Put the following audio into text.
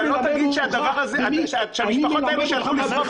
אתה לא תגיד -- -שהמשפחות האלה נשרף